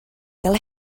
gael